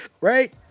right